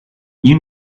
you